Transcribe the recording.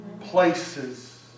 places